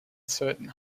certain